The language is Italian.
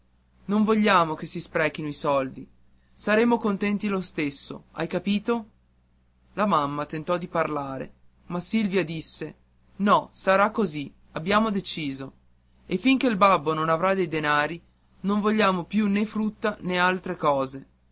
non vogliamo che si sprechino i soldi saremo contenti lo stesso hai capito la mamma tentò di parlare ma silvia disse no sarà così abbiamo deciso e fin che il babbo non avrà dei denari non vogliamo più né frutta né altre cose